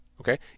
okay